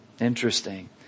Interesting